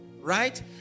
right